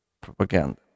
propaganda